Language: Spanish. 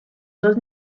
dos